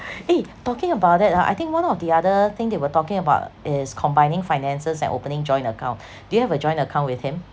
eh talking about that ah I think one of the other thing they were talking about is combining finances and opening joint account do you have a joint account with him